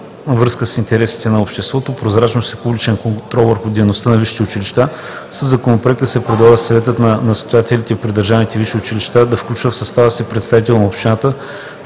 връзка с интересите на обществото, прозрачност и публичен контрол върху дейността на висшите училища със Законопроекта се предлага Съветът на настоятелите при държавните висши училища да включва в състава си и представител на общината,